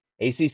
ACC